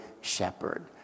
shepherd